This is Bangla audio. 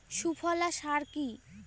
সুফলা সার কি?